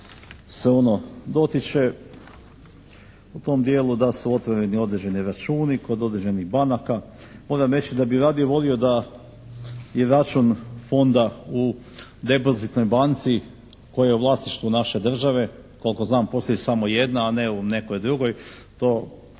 se ono dotiče u tom dijelu da su otvoreni određeni računi kod određenih banaka. Moram reći da bih radio volio da je račun fonda u Depozitnoj banci koja je u vlasništvu naše države, koliko znam postoji samo jedna, a ne u nekoj drugoj. To pogotovo